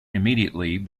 immediately